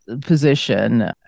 position